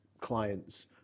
clients